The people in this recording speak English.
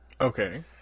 Okay